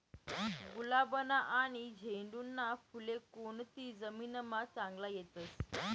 गुलाबना आनी झेंडूना फुले कोनती जमीनमा चांगला येतस?